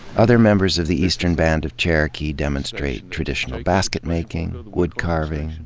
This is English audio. other members of the eastern band of cherokee demonstrate traditional basket making, wood carving,